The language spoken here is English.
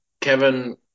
Kevin